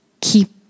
keep